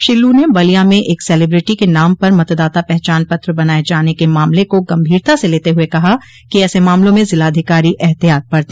श्री लू ने बलिया में एक सेलीब्रेटी के नाम पर मतदाता पहचान पत्र बनाये जाने के मामले को गंभीरता से लेते हुए कहा कि ऐसे मामलों में जिलाधिकारी ऐहतियात बरते